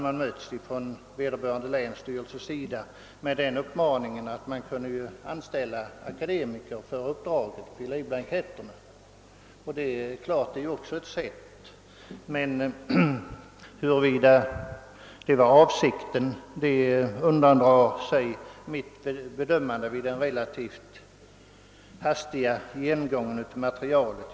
Länsstyrelserepresentanterna hade då svarat, att man ju kunde anställa akademiker för uppdraget att fylla i blanketterna. Det är naturligtvis ett sätt, men huruvida detta från början var avsikten undandrar sig mitt bedömande efter en relativt hastig genomgång av materialet.